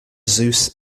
zeus